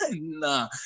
Nah